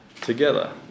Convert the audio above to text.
together